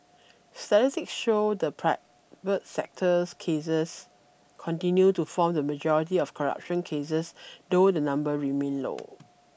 statistics showed that private sector cases continued to form the majority of corruption cases though the number remained low